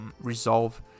resolve